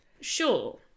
Sure